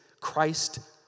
Christ